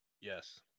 Yes